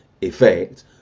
effect